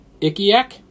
Ikiak